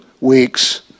weeks